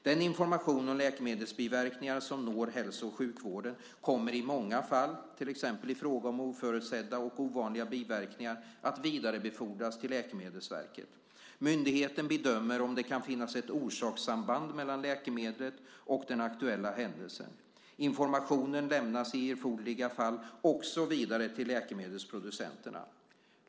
Den information om läkemedelsbiverkningar som når hälso och sjukvården kommer i många fall, till exempel i fråga om oförutsedda och ovanliga biverkningar, att vidarebefordras till Läkemedelsverket. Myndigheten bedömer om det kan finnas ett orsakssamband mellan läkemedlet och den aktuella händelsen. Informationen lämnas i erforderliga fall också vidare till läkemedelsproducenterna.